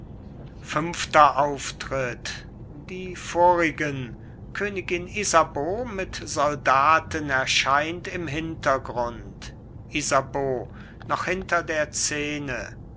fünfter auftritt die vorigen königin isabeau mit soldaten erscheint im hintergrund isabeau noch hinter der szene